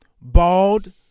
bald